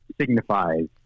signifies